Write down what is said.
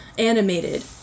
animated